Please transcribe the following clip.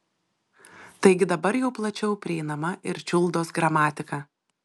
taigi dabar jau plačiau prieinama ir čiuldos gramatika